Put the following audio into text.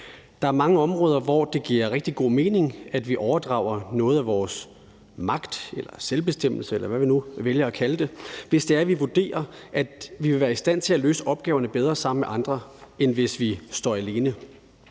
Der er mange områder, hvor det giver rigtig god mening, at vi overdrager noget af vores magt eller selvbestemmelse, eller hvad vi nu vælger at kalde det, hvis det er, vi vurderer, at vi vil være i stand til at løse opgaverne bedre sammen med andre, end hvis vi står alene.